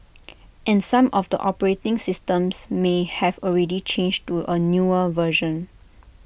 and some of the operating systems may have already changed to A newer version